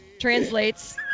Translates